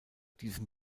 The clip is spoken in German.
diesem